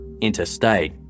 Interstate